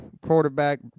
Quarterback